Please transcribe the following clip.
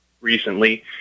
recently